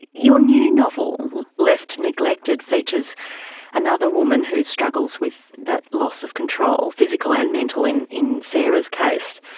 your new novel, left neglected, features another woman who struggles with that loss of control physical and mental in in sarah's case.